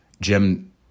Jim